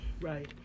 Right